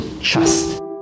trust